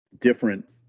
different